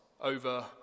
over